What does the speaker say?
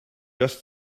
just